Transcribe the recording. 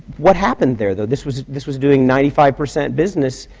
what happened there, though? this was this was doing ninety-five percent business,